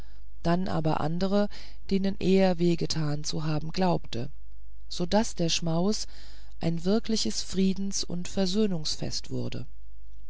dann aber andere denen er weh getan zu haben glaubte so daß der schmaus ein wirkliches friedens und versöhnungsfest wurde